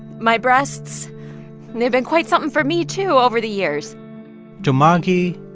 my breasts they've been quite something for me too over the years to margy,